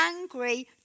angry